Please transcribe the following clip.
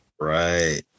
Right